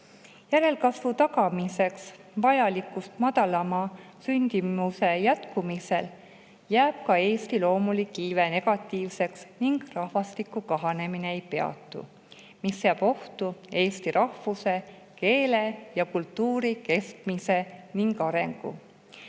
Järelkasvu tagamiseks vajalikust madalama sündimuse jätkumisel jääb ka Eesti loomulik iive negatiivseks ning rahvastiku kahanemine ei peatu, mis seab ohtu eesti rahvuse, keele ja kultuuri kestmise ning arengu.